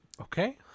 Okay